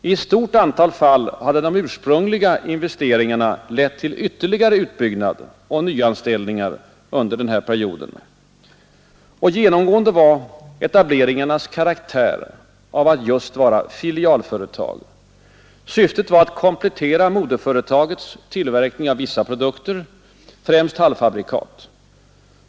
I ett stort antal fall hade de ursprungliga investeringarna lett till ytterligare utbyggnad och nyanställningar under den här perioden. Genomgående för etableringarna var deras karaktär av just filialföretag. Syftet var att komplettera moderföretagets tillverkning av vissa produkter, främst halvfabrikat.